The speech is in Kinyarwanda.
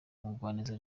umugwaneza